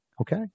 Okay